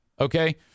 Okay